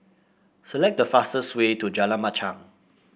select the fastest way to Jalan Machang